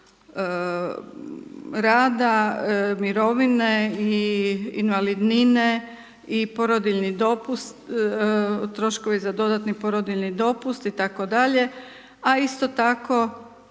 rada, mirovine i invalidnine i porodiljni dopust, troškovi za dodatni porodiljni dopust itd. A isto tako